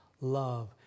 Love